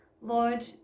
Lord